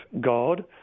God